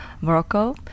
Morocco